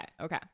okay